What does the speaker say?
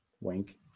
Wink